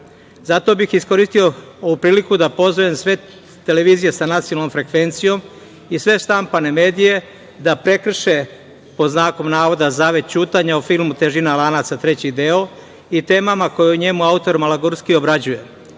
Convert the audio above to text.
ignoriše. Iskoristio bih ovu priliku da pozovem sve televizije sa nacionalnom frekvencijom i sve štampane medije da prekrše, pod znakom navoda, zavet ćutanja o filmu „Težina lanaca 3. deo“ i temama koje autor Malagurski obrađuje,